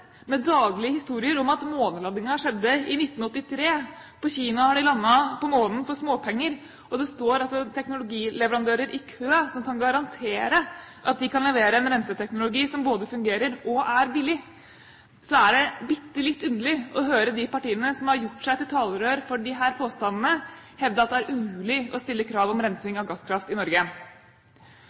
med daglige historier om at månelandingen skjedde i 1983, at i Kina har de landet på månen for småpenger, og at det står altså teknologileverandører i kø, som kan garantere at de kan levere en renseteknologi som både fungerer og er billig, er det litt underlig å høre de partiene som har gjort seg til talerør for disse påstandene, hevde at det er umulig å stille krav om rensing av gasskraft i Norge.